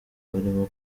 barimo